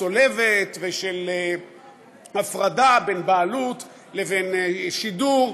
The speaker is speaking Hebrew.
צולבת ושל הפרדה בין בעלות לבין שידור.